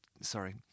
sorry